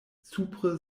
supre